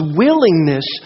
willingness